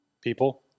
people